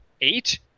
eight